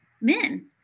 men